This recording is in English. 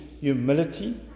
humility